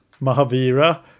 Mahavira